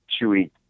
Chewy